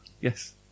Yes